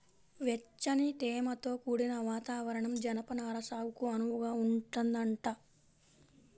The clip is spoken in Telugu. వెచ్చని, తేమతో కూడిన వాతావరణం జనపనార సాగుకు అనువుగా ఉంటదంట